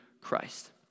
Christ